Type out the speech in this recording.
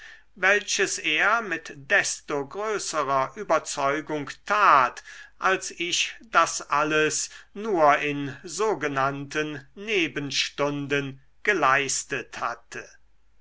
welches er mit desto größerer überzeugung tat als ich das alles nur in sogenannten nebenstunden geleistet hatte